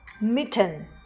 mitten